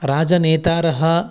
राजनेतारः